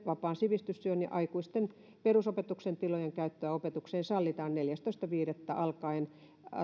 vapaan sivistystyön ja aikuisten perusopetuksen tilojen käyttöä opetukseen hallitaan neljästoista viidettä alkaen